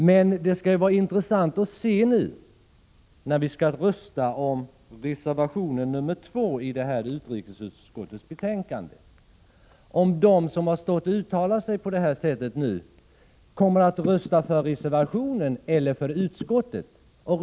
När vi skall rösta om reservation nr 2 i utrikesutskottets betänkande skall det därför bli intressant att se, om de som nyss har uttalat sig på det sättet kommer att rösta för reservationen eller för utskottets hemställan.